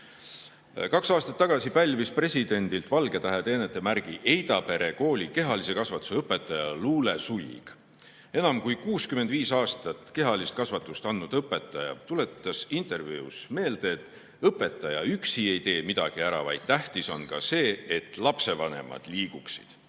Kaks aastat tagasi pälvis presidendilt Valgetähe teenetemärgi Eidapere kooli kehalise kasvatuse õpetaja Luule Sulg. Enam kui 65 aastat kehalist kasvatust andnud õpetaja tuletas intervjuus meelde, et õpetaja üksi ei tee midagi ära, vaid tähtis on ka see, et lapsevanemad liiguksid.